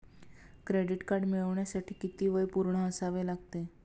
Credit card मिळवण्यासाठी किती वय पूर्ण असावे लागते?